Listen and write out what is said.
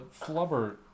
Flubber